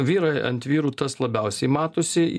vyrai ant vyrų tas labiausiai matosi